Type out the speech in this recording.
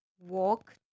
walk